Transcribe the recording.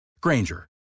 Granger